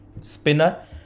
spinner